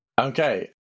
Okay